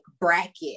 bracket